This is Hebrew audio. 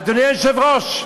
אדוני היושב-ראש,